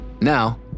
Now